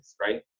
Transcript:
right